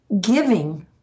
giving